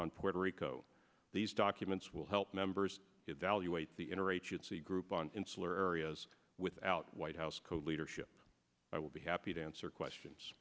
on puerto rico these documents will help members evaluate the interagency group on insular areas without white house code leadership i will be happy to answer questions